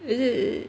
is it